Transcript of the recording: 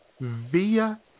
via